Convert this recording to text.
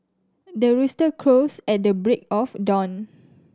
the rooster crows at the break of dawn